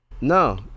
no